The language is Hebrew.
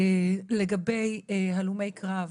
לגבי הלומי קרב